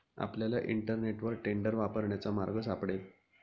आपल्याला इंटरनेटवर टेंडर वापरण्याचा मार्ग सापडेल